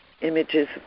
images